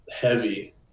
heavy